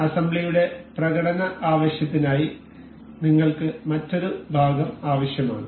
അസംബ്ലിയുടെ പ്രകടന ആവശ്യത്തിനായി നിങ്ങൾക്ക് മറ്റൊരു ഭാഗം ആവശ്യമാണ്